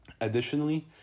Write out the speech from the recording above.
Additionally